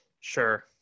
Sure